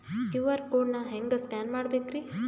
QR code ನಾ ಹೆಂಗ scan ಮಾಡಬೇಕ್ರಿ?